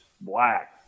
black